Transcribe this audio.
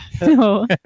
No